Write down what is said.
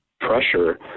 pressure